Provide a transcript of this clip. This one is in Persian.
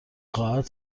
خواهد